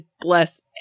bless